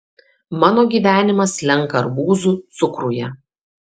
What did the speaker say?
mano gyvenimas slenka arbūzų cukruje